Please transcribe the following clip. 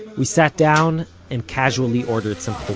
we sat down and casually ordered some